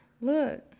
Look